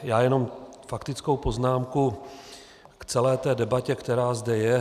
Já jenom faktickou poznámku k celé té debatě, která zde je.